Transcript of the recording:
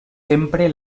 sempre